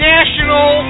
National